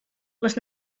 les